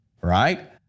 right